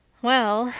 well,